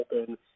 Open